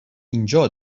اینجا